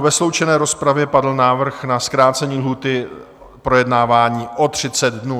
Ve sloučené rozpravě padl návrh na zkrácení lhůty projednávání o 30 dnů.